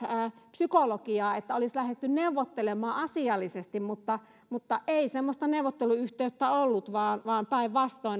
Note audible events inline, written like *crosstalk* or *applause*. psykologiaa että olisi lähdetty neuvottelemaan asiallisesti mutta mutta ei sellaista neuvotteluyhteyttä ollut vaan vaan päinvastoin *unintelligible*